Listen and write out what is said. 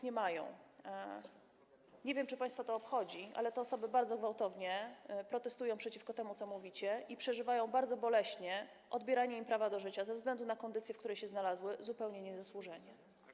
Nie wiem, czy państwa to obchodzi, ale te osoby bardzo gwałtownie protestują przeciwko temu, co mówicie, i przeżywają bardzo boleśnie odbieranie im prawa do życia ze względu na kondycję, w jakiej się znalazły zupełnie niezasłużenie.